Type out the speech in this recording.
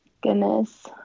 goodness